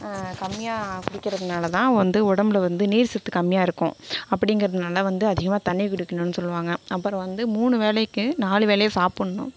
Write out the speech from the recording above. தண்ணியை குடிக்கிறதனால்தான் வந்து உடம்புல வந்து நீர் சத்து கம்மியாக இருக்கும் அப்படிங்கறதுனால வந்து அதிகமாக தண்ணி குடிக்கணும்னு சொல்லுவாங்க அப்புறம் வந்து மூணு வேளைக்கு நாலு வேளையும் சாப்புடணும்